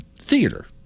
theater